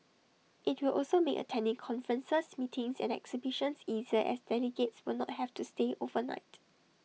IT will also make attending conferences meetings and exhibitions easier as delegates will not have to stay overnight